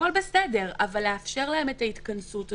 הכול בסדר אבל לאפשר להם את ההתכנסות הזו.